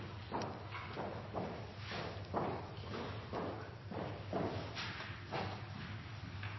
Takk